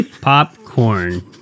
Popcorn